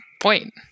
point